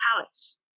Palace